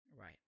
Right